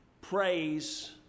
praise